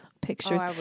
pictures